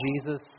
Jesus